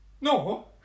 No